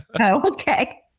okay